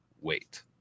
wait